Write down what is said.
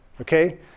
Okay